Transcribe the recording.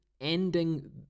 ending